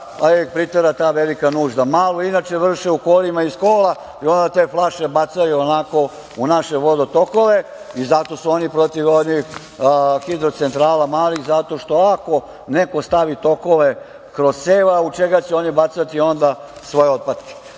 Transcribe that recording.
ih pritera ta velika nužda. Malu inače vrše u kolima ili iz kola i onda te flaše bacaju u naše vodotokove i zato se oni protive hidrocentrala malih zato što ako neko stavi tokove kroz cev, a u čega će oni bacati svoje otpatke? Dakle,